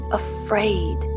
afraid